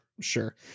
Sure